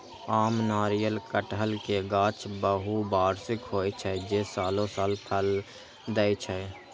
आम, नारियल, कहटर के गाछ बहुवार्षिक होइ छै, जे सालों साल फल दै छै